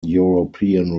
european